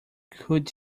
could